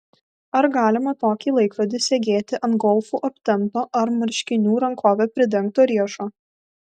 ar galima tokį laikrodį segėti ant golfu aptemto ar marškinių rankove pridengto riešo